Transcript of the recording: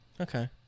Okay